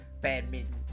badminton